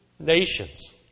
Nations